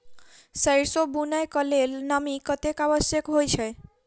सैरसो बुनय कऽ लेल नमी कतेक आवश्यक होइ छै?